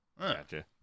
Gotcha